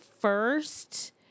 first